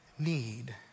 need